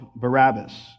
Barabbas